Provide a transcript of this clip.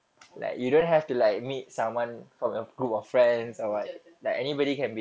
oh ah betul betul